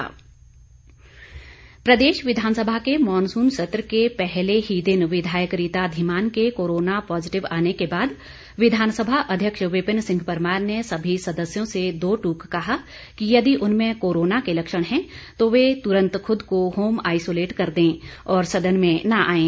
विपिन परमार प्रदेश विधानसभा के मानसून सत्र के पहले ही दिन विधायक रीता धीमान के कोरोना पाजिटिव आने के बाद विधानसभा अध्यक्ष विपिन सिंह परमार ने सभी सदस्यों से दो टूक कहा कि यदि उनमें कोरोना के लक्षण हैं तो वे तुरंत खुद को होम आइसोलेट कर दें और सदन में न आएं